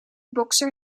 bokser